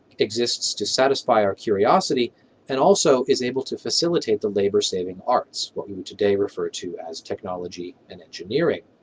exists to satisfy our curiosity and also is able to facilitate the labor-saving arts, what we we today refer to as technology and engineering.